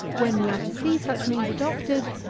when we are to see such means adopted,